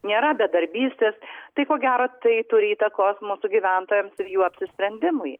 nėra bedarbystės tai ko gero tai turi įtakos mūsų gyventojams ir jų apsisprendimui